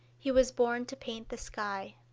he was born to paint the sky.